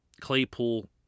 Claypool